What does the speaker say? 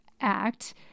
Act